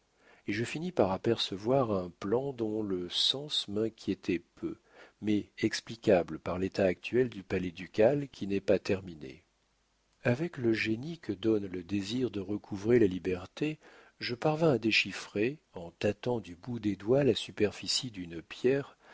et je finis par apercevoir un plan dont le sens m'inquiétait peu mais explicable par l'état actuel du palais ducal qui n'est pas terminé avec le génie que donne le désir de recouvrer la liberté je parvins à déchiffrer en tâtant du bout des doigts la superficie d'une pierre